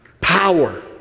power